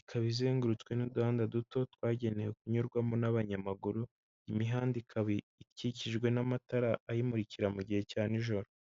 ikaba izengurutswe n'uduhanda duto twagenewe kunyurwamo n'abanyamaguru, imihanda ikaba ikikijwe n'amatara ayimurikira mu gihe cya n'ijoro.